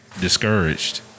discouraged